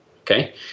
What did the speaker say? okay